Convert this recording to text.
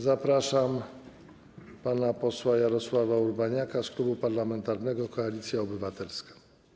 Zapraszam pana posła Jarosława Urbaniaka z Klubu Parlamentarnego Koalicja Obywatelska.